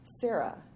Sarah